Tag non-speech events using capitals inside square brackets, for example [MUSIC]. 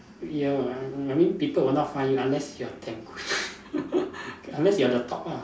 ya I I I mean people will not find you unless you are damn good [LAUGHS] unless you are the top ah